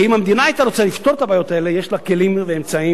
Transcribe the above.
כי אם המדינה היתה רוצה לפתור את הבעיות האלה יש לה כלים ואמצעים.